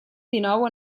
dinou